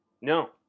No